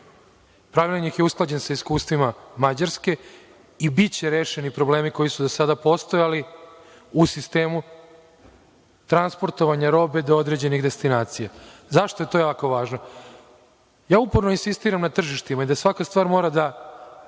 pravilnik je usklađen sa iskustvima Mađarske i biće rešeni problemi koji su do sada postojali u sistemu transportovanja robe do određenih destinacija. Zašto je to jako važno? Ja uporno insistiram na tržištima i da svaka stvar mora da